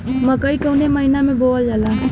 मकई कवने महीना में बोवल जाला?